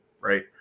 Right